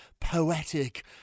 poetic